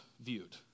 viewed